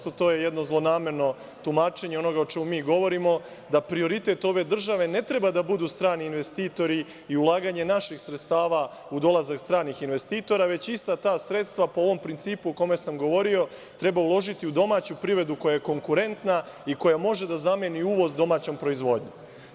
To je jedno zlonamerno tumačenja onoga o čemu mi govorimo, da prioritet ove države ne treba da budu strani investitori i ulaganje naših sredstava u dolazak stranih investitora, već ista ta sredstva, po ovom principu o kojem sam govorio, treba uložiti u domaću privredu koja je konkurentna i koja može da zameni uvoz domaćom proizvodnjom.